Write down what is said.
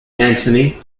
antony